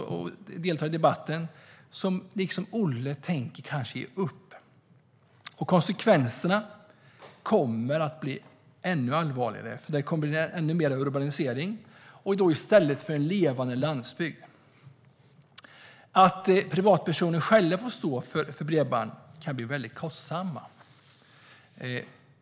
Liksom Olle tänker de kanske ge upp. Konsekvenserna kommer att bli ännu allvarligare, för det kommer att bli ännu mer urbanisering i stället för en levande landsbygd. Att privatpersoner själva får stå för bredband kan bli väldigt kostsamt.